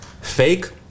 Fake